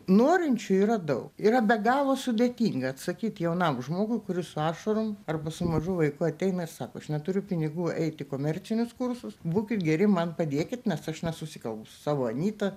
norinčių yra daug yra be galo sudėtinga atsakyt jaunam žmogui kuris su ašarom arba su mažu vaiku ateina ir sako aš neturiu pinigų eiti į komercinius kursus būkit geri man padėkit nes aš nesusikalbu savo anyta